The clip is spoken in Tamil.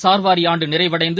சார்வாரிஆண்டுநிறைவடைந்து